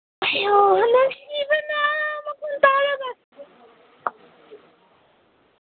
ꯅꯨꯡꯁꯤꯕꯅ ꯃꯈꯣꯜ ꯇꯥꯔꯒ